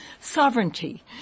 sovereignty